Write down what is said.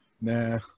nah